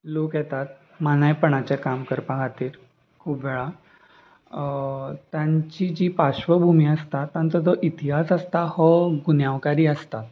लोक येतात मानायपणाचे काम करपा खातीर खूब वेळा तांची जी पाश्वभुमी आसता तांचो जो इतिहास आसता हो गुन्यांवकारी आसता